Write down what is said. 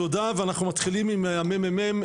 תודה ואנחנו מתחילים עם הממ"מ,